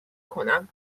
کنم